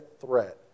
threat